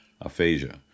aphasia